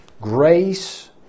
Grace